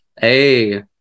Hey